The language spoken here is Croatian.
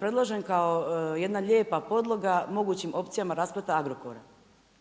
predložen kao lijepa podloga mogućim opcijama raspleta Agrokora.